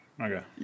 okay